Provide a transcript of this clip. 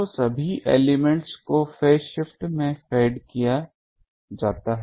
तो सभी एलिमेंट्स को फेज में फेड किया जाता है